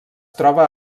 troba